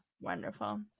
wonderful